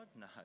No